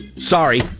sorry